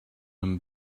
him